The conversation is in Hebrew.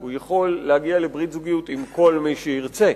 הוא יכול להגיע לברית זוגיות עם כל מי שירצה,